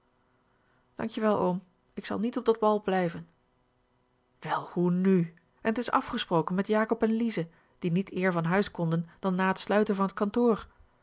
dank je wel oom ik zal niet op dat bal blijven wel hoe nu en t is afgesproken met jakob en lize die niet eer van huis konden dan na t sluiten van het kantoor